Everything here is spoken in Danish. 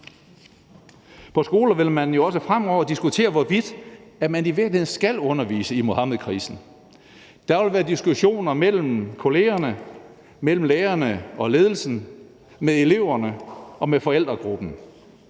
På skoler vil man jo også fremover diskutere, hvorvidt man i virkeligheden skal undervise i Muhammedkrisen. Der vil være diskussioner mellem kollegerne, mellem lærerne og ledelsen, med eleverne og med forældregruppen,